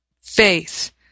faith